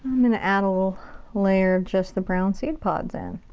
i'm gonna add a little layer of just the brown seed pods in.